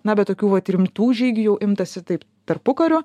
na bet tokių vat rimtų žygių jau imtasi taip tarpukariu